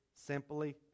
Simply